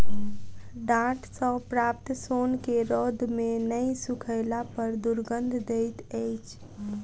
डांट सॅ प्राप्त सोन के रौद मे नै सुखयला पर दुरगंध दैत अछि